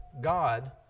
God